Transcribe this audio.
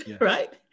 right